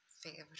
favorite